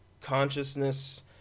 consciousness